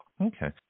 Okay